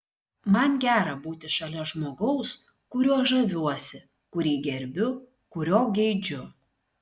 man gera būti šalia žmogaus kuriuo žaviuosi kurį gerbiu kurio geidžiu